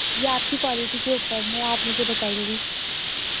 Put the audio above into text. یہ آپ کی کوالٹی کے اوپر ہے آپ مجھے بتائیں گی